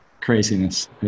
craziness